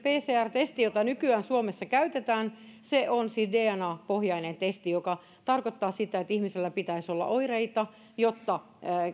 testi jota nykyään suomessa käytetään on siis dna pohjainen testi mikä tarkoittaa sitä että ihmisellä pitäisi olla oireita jotta